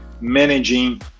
managing